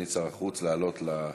סגנית שר החוץ, לעלות לבימה.